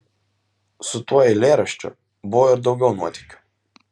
su tuo eilėraščiu buvo ir daugiau nuotykių